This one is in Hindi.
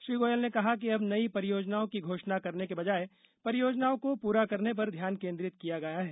श्री गोयल ने कहा कि अब नयी परियोजनाओं की घोषणा करने के बजाय परियोजनाओं को पूरा करने पर ध्यान केंद्रित किया गया है